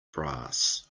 brass